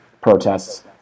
protests